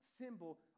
symbol